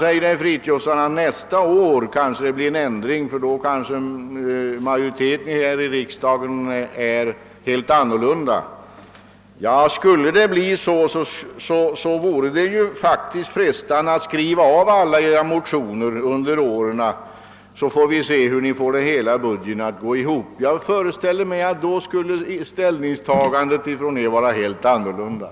Herr Fridolfsson säger vidare att det nästa år kan bli en ändring, eftersom majoriteten här i riksdagen då kanske är en annan än den nuvarande. Det skall då bli intressant att se hur ni får er budget att gå ihop, om ni försöker tillgodose alla de motionskrav som ni under årens lopp fört fram. Jag föreställer mig emellertid, att ert ställningstagande då blir ett helt annat.